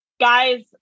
guys